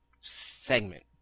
segment